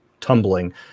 tumbling